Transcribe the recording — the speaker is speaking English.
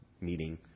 meeting